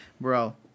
Bro